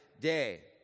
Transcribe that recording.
day